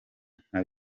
nka